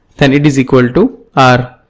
then it is equal to r.